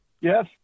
Yes